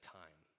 time